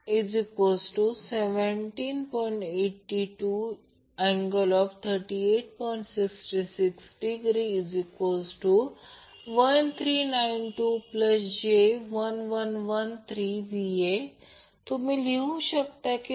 समजा हा लोड आहे समजा की अँगल Za Zb Zc आहेत ते भिन्न असू शकतात मग्निट्यूड भिन्न असू शकतात अँगल भिन्न असू शकतात